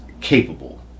capable